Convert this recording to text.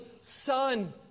Son